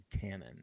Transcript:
canon